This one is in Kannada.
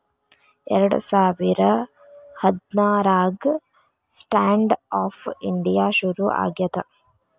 ಎರಡ ಸಾವಿರ ಹದ್ನಾರಾಗ ಸ್ಟ್ಯಾಂಡ್ ಆಪ್ ಇಂಡಿಯಾ ಶುರು ಆಗ್ಯಾದ